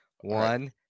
One